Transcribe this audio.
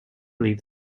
leave